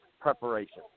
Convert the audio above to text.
preparation